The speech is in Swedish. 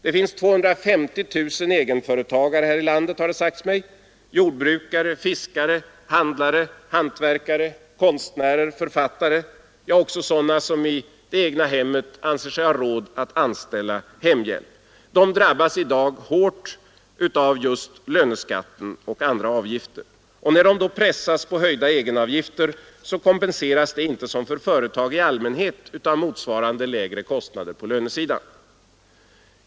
Det finns 250 000 egenföretagare här i landet, har det sagts mig — jordbrukare, fiskare, handlare, hantverkare, konstnärer, författare och även sådana som i det egna hemmet anser sig ha råd att anställa hemhjälp. De drabbas i dag hårt av just löneskatten och andra avgifter. När de pressas på höjda egenavgifter kompenseras inte detta som för företag i allmänhet av motsvarande lägre kostnader på lönesidan.